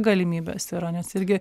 galimybės yra nes irgi